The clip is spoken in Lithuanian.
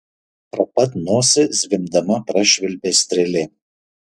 pro pat nosį zvimbdama prašvilpė strėlė